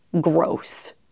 Gross